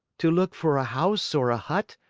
to look for a house or a hut,